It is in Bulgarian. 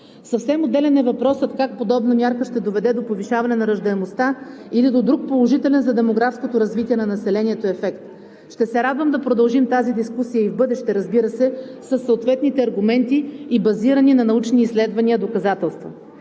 Съвсем отделен е въпросът как подобна мярка ще доведе до повишаване на раждаемостта или до друг положителен за демографското развитие на населението ефект. Ще се радвам да продължим тази дискусия и в бъдеще, разбира се, със съответните аргументи и базирани на научни изследвания доказателства.